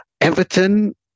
Everton